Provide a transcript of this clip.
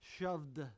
shoved